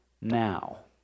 now